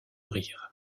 rire